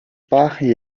баахан